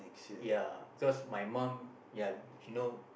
ya cause my mum ya you know